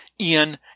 Ian